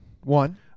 One